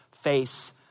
face